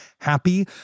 happy